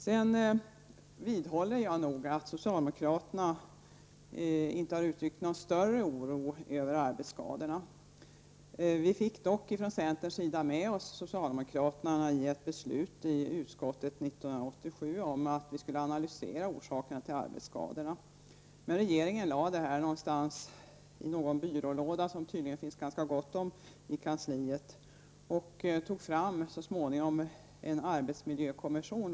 Jag vidhåller att socialdemokraterna inte har uttryckt någon större oro över arbetsskadorna. Vi från centern fick dock 1987 socialdemokraterna i utskottet med oss på ett beslut om att vi skulle analysera orsakerna till arbetsskadorna. Regeringen lade detta förslag någonstans i någon byrålåda — som det tydligen finns ganska gott om i regeringskansliet — och tog så småningom, lagom till valet, fram en arbetsmiljökommission.